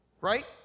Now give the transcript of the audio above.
Right